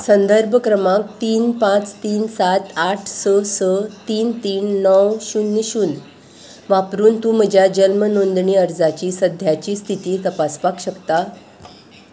संदर्भ क्रमांक तीन पांच तीन सात आठ स स तीन तीन णव शुन्य शुन्य वापरून तूं म्हज्या जल्म नोंदणी अर्जाची सद्याची स्थिती तपासपाक शकता